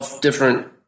different